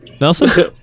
Nelson